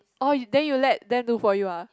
orh then then you let them do for you ah